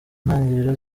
ntangiriro